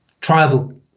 tribal